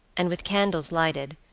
and with candles lighted,